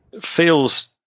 feels